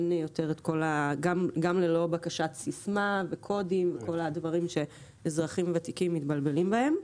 גם ללא בקשת סיסמה וקודים וכל הדברים שאזרחים ותיקים מתבלבלים בהם.